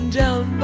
down